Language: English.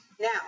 Now